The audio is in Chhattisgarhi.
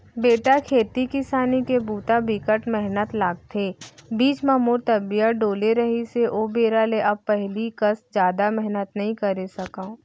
बेटा खेती किसानी के बूता बिकट मेहनत लागथे, बीच म मोर तबियत डोले रहिस हे ओ बेरा ले अब पहिली कस जादा मेहनत नइ करे सकव